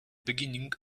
beginning